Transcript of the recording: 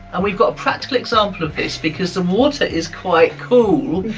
and we've got a practical example of this, because the water is quite cool,